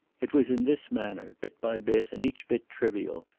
it was in this manner, bit by bit and each bit trivial,